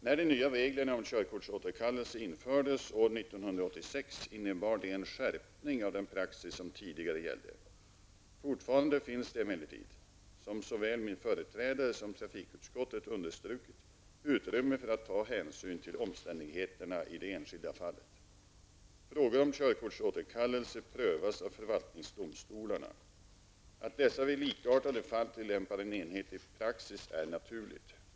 När de nya reglerna om körkortsåterkallelse infördes år 1986 innebar de en skärpning av den praxis som tidigare gällde. Fortfarande finns det emellertid, som såväl min företrädare som trafikutskottet understrukit, utrymme för att ta hänsyn till omständigheterna i det enskilda fallet. Frågor om körkortsåterkallelse prövas av förvaltningsdomstolarna. Att dessa vid likartade fall tillämpar en enhetlig praxis är naturligt.